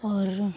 और